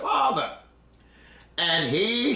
father and he